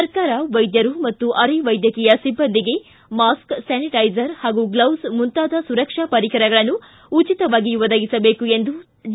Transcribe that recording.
ಸರ್ಕಾರ ವೈದ್ಯರು ಮತ್ತು ಅರೆ ವೈದ್ಯಕೀಯ ಸಿಬ್ಬಂದಿಗೆ ಮಾಸ್ಕ್ ಸ್ವಾನಿಟೈಸರ್ ಹಾಗೂ ಗ್ಲೆಸ್ ಮುಂತಾದ ಸುರಕ್ಷಾ ಪರಿಕರಗಳನ್ನು ಉಚಿತವಾಗಿ ಒದಗಿಸಬೇಕು ಎಂದು ಡಿ